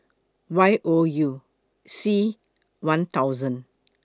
Y O U C one thousand